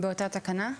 באותה תקנה?